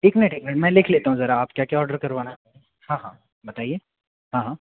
एक मिनट एक मिनट मैं लिख लेता हूँ जरा आप क्या क्या ऑडर करवाना हाँ हाँ बताइए हाँ हाँ